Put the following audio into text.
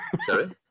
Sorry